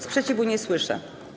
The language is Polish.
Sprzeciwu nie słyszę.